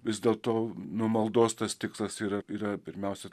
vis dėlto nu maldos tas tikslas yra yra pirmiausia